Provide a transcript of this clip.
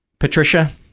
patricia,